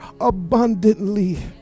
abundantly